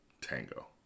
tango